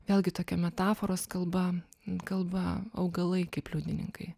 vėlgi tokia metaforos kalba kalba augalai kaip liudininkai